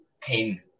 pain